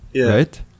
right